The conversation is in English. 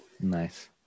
Nice